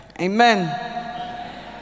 Amen